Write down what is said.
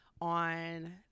on